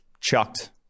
chucked